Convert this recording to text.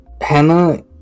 Hannah